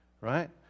right